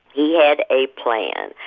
he had a plan.